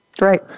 Right